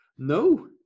No